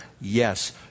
Yes